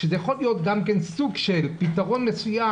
שזה יכול להיות סוג של פתרון מסוים,